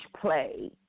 play